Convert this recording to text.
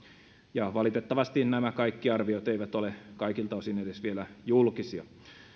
ja valitettavasti nämä kaikki arviot eivät ole kaikilta osin edes vielä julkisia